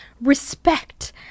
respect